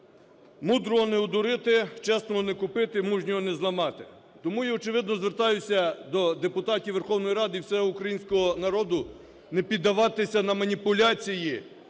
"Мудрого - не одурити, чесного - не купити, мужнього - не зламати". Тому я, очевидно, звертаюся до депутатів Верховної Ради і всього українського народу не піддаватися на маніпуляції